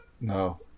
No